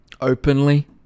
openly